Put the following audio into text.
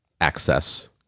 access